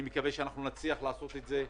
אני מקווה שאנחנו נצליח לעשות את זה.